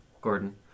Gordon